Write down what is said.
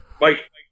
Mike